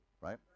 right